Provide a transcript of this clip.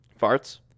farts